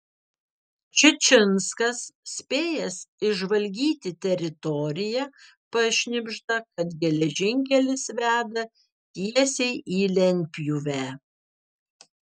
čičinskas spėjęs išžvalgyti teritoriją pašnibžda kad geležinkelis veda tiesiai į lentpjūvę